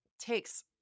takes